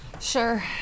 Sure